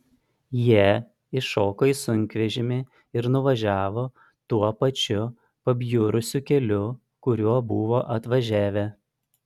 jie įšoko į sunkvežimį ir nuvažiavo tuo pačiu pabjurusiu keliu kuriuo buvo atvažiavę